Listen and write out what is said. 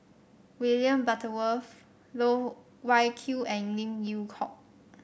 William Butterworth Loh Wai Kiew and Lim Yew Hock